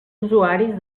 usuaris